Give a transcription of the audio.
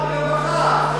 רווחה.